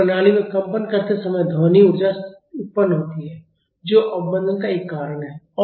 कुछ प्रणालियों में कंपन करते समय ध्वनि ऊर्जा उत्पन्न होती है जो अवमंदन का एक कारण है